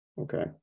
Okay